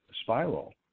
spiral